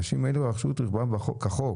האנשים האלה רכשו את רכבם כחוק,